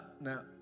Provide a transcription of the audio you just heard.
Now